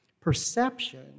Perception